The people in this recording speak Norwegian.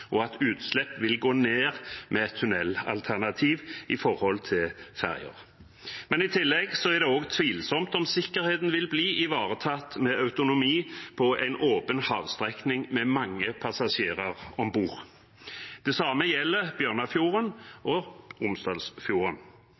og at utslipp vil gå ned med et tunnelalternativ, i forhold til ferjer. I tillegg er det også tvilsomt om sikkerheten vil bli ivaretatt med autonomi på en åpen havstrekning med mange passasjerer om bord. Det samme gjelder Bjørnafjorden og Romsdalsfjorden.